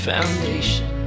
foundation